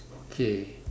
okay